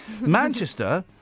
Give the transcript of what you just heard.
Manchester